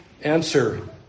Answer